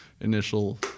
initial